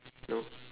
oh